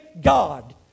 God